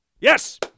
Yes